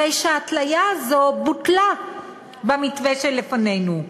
הרי שההתליה הזאת בוטלה במתווה שלפנינו.